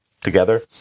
together